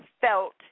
felt